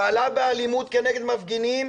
פעלה באלימות כנגד מפגינים,